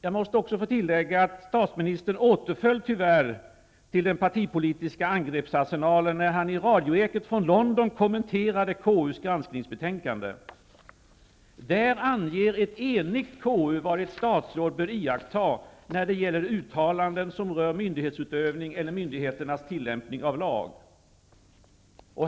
Jag måste också få tillägga att statsministern tyvärr återföll till den partipolitiska angreppsarsenalen, när han i radioekot från London kommenterade KU:s granskningsbetänkande. Där anger ett enigt KU vad ett statsråd bör iaktta när det gäller uttalanden som rör myndighetsutövning eller myndigheternas tillämpning av lag.